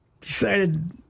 decided